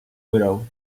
widow